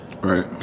Right